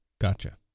Gotcha